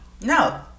no